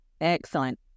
Excellent